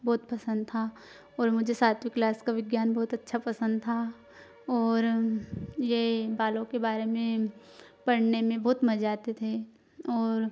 बहुत पसंद था और मुझे सातवीं क्लास का विज्ञान बहुत अच्छा पसंद था और ये बालों के बारे में पढ़ने में बहुत मजा आते थे और